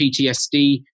PTSD